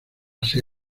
ser